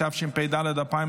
התשפ"ד 2024,